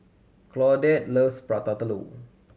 Claudette loves Prata Telur